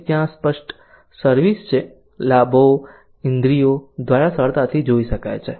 પછી ત્યાં સ્પષ્ટ સર્વિસ છે લાભો ઇન્દ્રિયો દ્વારા સરળતાથી જોઇ શકાય છે